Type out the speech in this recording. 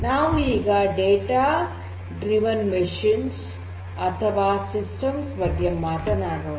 ನಾವು ಈಗ data driven machines ಅಥವಾ ಸಿಸ್ಟಮ್ಸ್ ಬಗ್ಗೆ ಮಾತನಾಡೋಣ